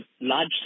large